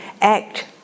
Act